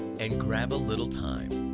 and grab a little time,